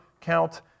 count